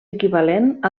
equivalent